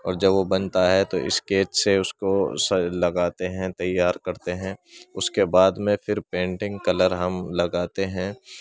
اور وہ جب بنتا ہے تو اسکیچ سے اس کو لگاتے ہیں تیار کرتے ہیں اس کے بعد میں پھر پینٹنگ کلر ہم لگاتے ہیں